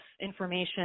information